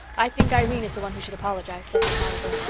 i think irene is the one who should apologize, said miss oliver.